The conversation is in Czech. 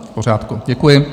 V pořádku, děkuji.